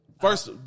first